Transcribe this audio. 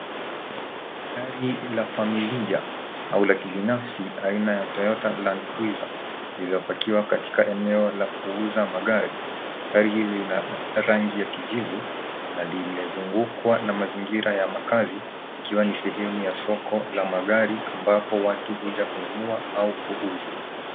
Gari la familia au la kibinafsi aina ya Toyota Landcruiser lilopakiwa katika eneo la kuuza magari. Gari hili lina rangi ya kijivu na limezungukwa na mazingira ya makazi likiwa ni sehemu ya soko la magari ambapo watu huja kununua au kuuza.